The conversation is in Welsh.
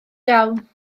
iawn